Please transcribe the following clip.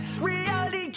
Reality